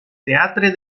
teatre